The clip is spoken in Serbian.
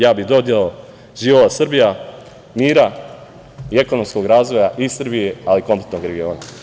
Ja bih dodao – živela Srbija mira i ekonomskog razvoja i Srbije, ali i kompletnog regiona.